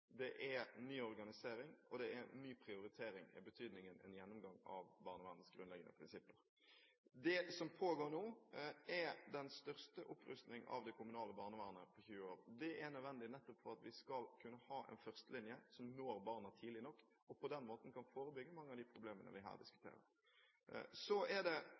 det er ny organisering, og det er ny prioritering i betydningen en gjennomgang av barnevernets grunnleggende prinsipper. Det som pågår nå, er den største opprustning av det kommunale barnevernet på 20 år. Det er nødvendig nettopp for at vi skal kunne ha en førstelinje som når barna tidlig nok, og på den måten kan forebygge mange av de problemene vi her diskuterer. Så er det